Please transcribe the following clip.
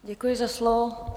Děkuji za slovo.